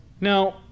Now